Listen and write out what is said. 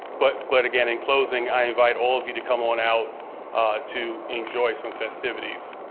but but again in closing, i invite all of you to come on out to enjoy some festivities.